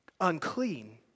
unclean